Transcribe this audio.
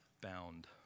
bound